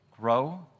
grow